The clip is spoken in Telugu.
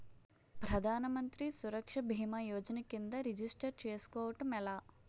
ప్రధాన మంత్రి సురక్ష భీమా యోజన కిందా రిజిస్టర్ చేసుకోవటం ఎలా?